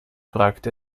fragt